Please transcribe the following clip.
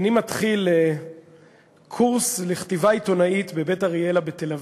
אני מתחיל קורס לכתיבה עיתונאית ב"בית אריאלה" בתל-אביב.